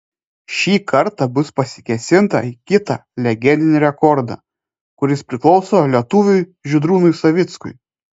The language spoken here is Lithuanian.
šį kartą bus pasikėsinta į kitą legendinį rekordą kuris priklauso lietuviui žydrūnui savickui